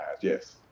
yes